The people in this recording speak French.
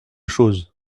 chose